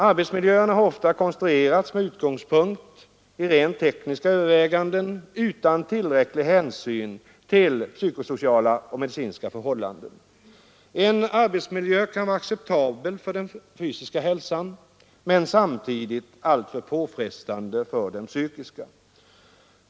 Arbetsmiljöerna har ofta konstruerats med utgångspunkt i rent tekniska överväganden utan att tillräcklig hänsyn tagits till psykosociala och medicinska förhållanden. En arbetsmiljö kan vara acceptabel för den fysiska hälsan men samtidigt alltför påfrestande för den psykiska.